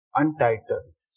untitled